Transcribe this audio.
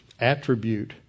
attribute